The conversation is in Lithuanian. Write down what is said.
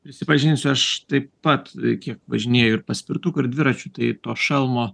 prisipažinsiu aš taip pat kiek važinėju ir paspirtuku ir dviračiu tai to šalmo